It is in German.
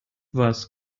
was